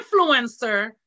influencer